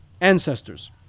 Ancestors